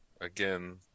Again